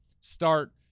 start